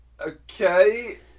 Okay